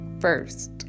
first